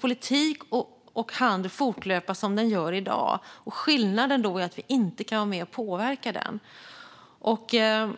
politiken och handeln fortlöpa som den gör i dag, med den skillnaden att vi inte kan vara med och påverka dem.